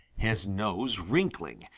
his nose wrinkling,